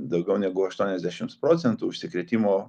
daugiau negu aštuoniasdešims procentų užsikrėtimo